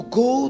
go